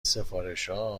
سفارشها